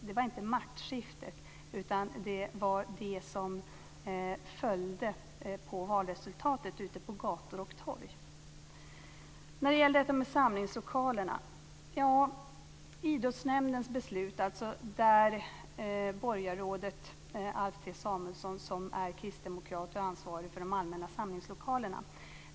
Det var inte maktskiftet utan det som följde på valresultatet ute på gator och torg. Så till frågan om samlingslokalerna. Borgarrådet Alf T Samuelsson är kristdemokrat och ansvarig för de allmänna samlingslokalerna.